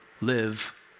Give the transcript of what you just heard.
live